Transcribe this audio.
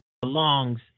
belongs